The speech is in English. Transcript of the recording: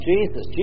Jesus